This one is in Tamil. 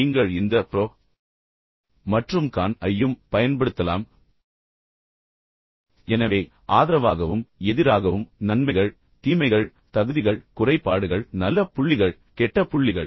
நீங்கள் இந்த ப்ரோ மற்றும் கான் ஐயும் பயன்படுத்தலாம் எனவே ஆதரவாகவும் எதிராகவும் நன்மைகள் தீமைகள் தகுதிகள் குறைபாடுகள் நல்ல புள்ளிகள் கெட்ட புள்ளிகள்